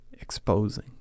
exposing